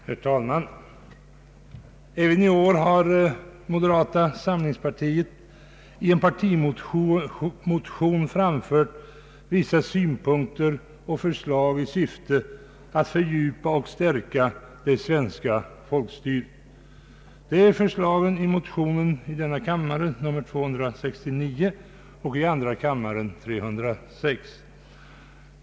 Herr talman! Även i år har moderata samlingspartiet i en partimotion framfört vissa synpunkter och förslag i syfte att fördjupa och stärka det svenska folkstyret. Jag avser förslagen i motionerna som i denna kammare har nr 269 och i andra kammaren nr 306.